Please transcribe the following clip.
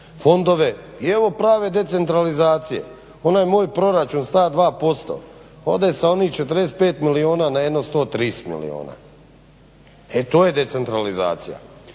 fondove i evo prave decentralizacije. Onaj moj proračun s ta 2% ode sa onih 45 milijuna na jedno 130 milijuna. E to je decentralizacija.